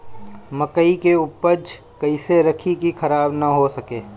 मकई के उपज कइसे रखी की खराब न हो सके?